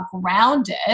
grounded